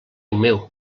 meu